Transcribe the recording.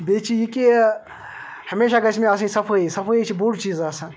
بیٚیہِ چھِ یہِ کہ ہمیشہ گژھِ مےٚ آسٕنۍ صفٲیی صفٲیی چھِ بوٚڈ چیٖز آسان